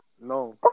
No